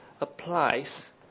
applies